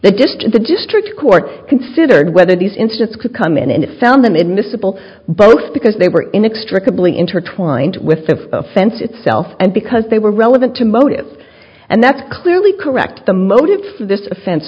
that just the district court considered whether these incidents could come in and found them immiscible both because they were in extra completely intertwined with the offense itself and because they were relevant to motive and that's clearly correct the motive for this offen